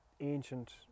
ancient